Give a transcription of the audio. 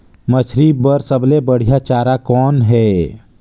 मछरी बर सबले बढ़िया चारा कौन हे?